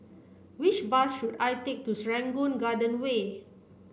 which bus should I take to Serangoon Garden Way